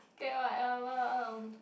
get what uh